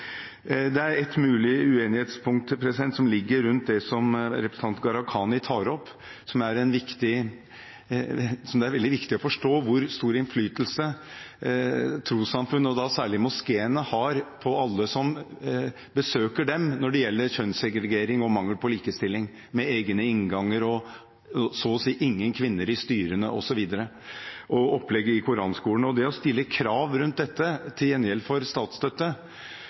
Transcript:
Det er et mulig uenighetspunkt som ligger rundt det som representanten Gharahkhani tar opp. Det er veldig viktig å forstå hvor stor innflytelse trossamfunn og særlig moskeene har på alle som besøker dem, når det gjelder kjønnssegregering og mangel på likestilling, med egne innganger, opplegget i koranskolene og så å si ingen kvinner i styrene osv. Det å stille krav rundt dette i forbindelse med statsstøtte